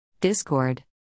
Discord